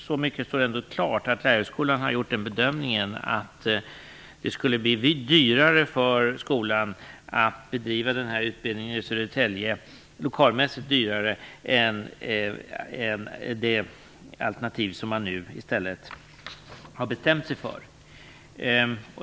Så mycket står ändå klart att lärarhögskolan har gjort bedömningen att det skulle bli lokalmässigt dyrare för skolan att bedriva den här utbildningen i Södertälje än med det alternativ som man nu i stället har bestämt sig för.